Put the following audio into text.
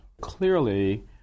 Clearly